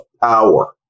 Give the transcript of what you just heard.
power